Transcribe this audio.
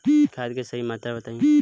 खाद के सही मात्रा बताई?